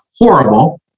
horrible